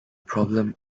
problem